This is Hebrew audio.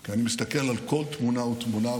כי אני מסתכל על כל תמונה ותמונה,